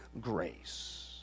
grace